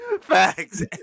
Facts